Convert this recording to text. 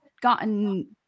gotten